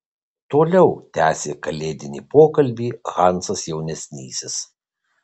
toliau tęsė kalėdinį pokalbį hansas jaunesnysis